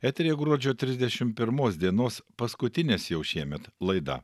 eteryje gruodžio trisdešim pirmos dienos paskutinės jau šiemet laida